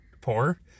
poor